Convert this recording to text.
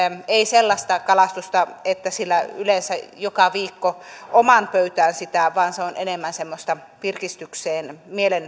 ei ole sellaista kalastusta että sillä yleensä joka viikko omaan pöytään saadaan kalaa vaan se on enemmän semmoista virkistykseen